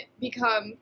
become